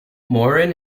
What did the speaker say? moran